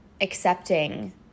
accepting